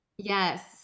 Yes